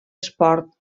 esport